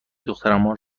دخترمان